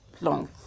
long